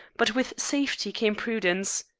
but with safety came prudence.